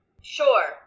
Sure